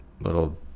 little